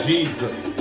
Jesus